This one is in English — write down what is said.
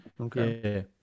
Okay